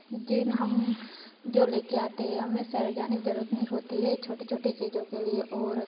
जिन हम जो ले कर आते हैं हमें शहर जाने की जरूरत नहीं होती है छोटी छोटी चीज़ें के लिए और